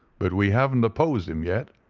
but we haven't opposed him yet,